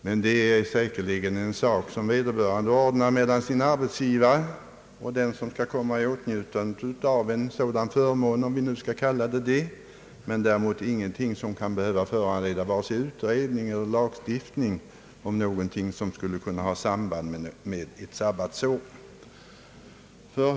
Det är emellertid säkerligen en sak som kan ordnas genom överenskommelse mellan arbetsgivaren och den som skall komma i åtnjutande av en sådan förmån, om vi nu skall kalla det förmån, men däremot inte något som kan behöva föranleda vare sig utredning eller lagstiftning.